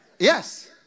yes